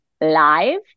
live